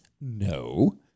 No